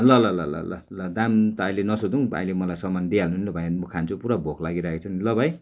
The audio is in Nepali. ल ल ल ल ल दाम त अहिले नसोधौँ अहिले मलाई सामान दिइहाल्नु नि ल भयो भने म खान्छु पुरा भोक लागिरहेको छ नि ल भाइ